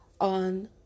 on